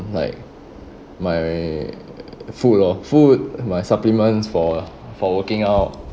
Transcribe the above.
like my food lor food my supplements for for working out